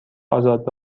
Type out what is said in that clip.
آزاد